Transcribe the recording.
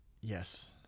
yes